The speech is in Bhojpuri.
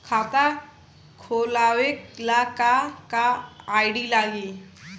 खाता खोलाबे ला का का आइडी लागी?